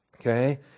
okay